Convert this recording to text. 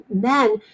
men